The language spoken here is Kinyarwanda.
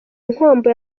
nkombo